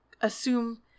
assume